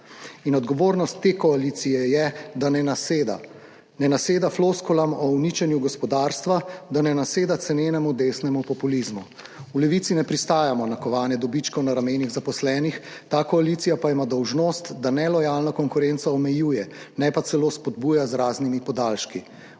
In odgovornost te koalicije je, da ne naseda, ne naseda floskulam o uničenju gospodarstva, da ne naseda cenenemu desnemu populizmu. V Levici ne pristajamo na kovanje dobičkov na ramenih zaposlenih, ta koalicija pa ima dolžnost, da nelojalno konkurenco omejuje, ne pa celo spodbuja z raznimi podaljški.